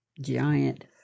Giant